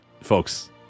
Folks